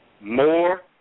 more